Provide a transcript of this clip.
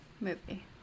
movie